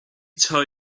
tell